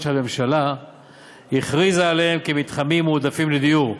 שהממשלה הכריזה עליהן כמתחמים מועדפים לדיור.